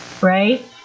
right